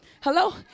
Hello